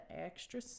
extra